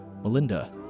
Melinda